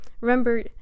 Remember